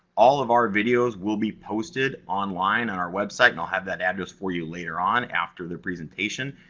all of our videos will be posted online on our website, and i'll have that address for you later on after the presentation.